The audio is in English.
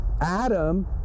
Adam